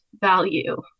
value